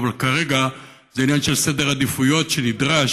אבל כרגע זה עניין של סדר עדיפויות שנדרש